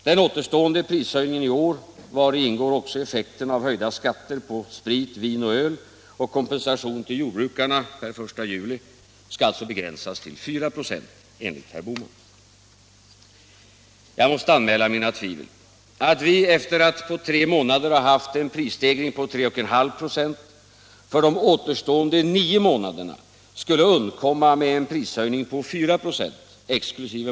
Den återstående prishöjningen i år, vari också ingår effekten av höjda skatter på sprit, vin och öl samt kompensation till jordbrukarna per den 1 juli, skall alltså begränsas till 4 96 enligt herr Bohman. Jag måste anmäla mina tvivel. Att vi efter att på tre månader ha haft en prisstegring på 3,5 96 skulle för de återstående nio månaderna undkomma med en prishöjning på 4 96 exkl.